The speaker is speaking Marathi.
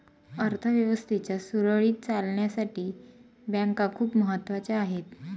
अर्थ व्यवस्थेच्या सुरळीत चालण्यासाठी बँका खूप महत्वाच्या आहेत